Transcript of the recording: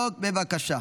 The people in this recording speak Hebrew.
להצבעה.